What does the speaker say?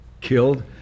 killed